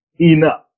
enough